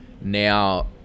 Now